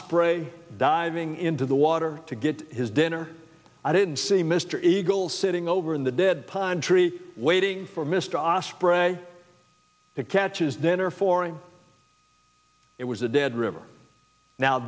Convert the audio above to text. spray diving into the water to get his dinner i didn't see mr eagle sitting over in the dead pine tree waiting for mr ah spray that catches then or for him it was a dead river now